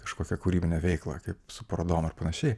kažkokią kūrybinę veiklą kaip su parodom ar panašiai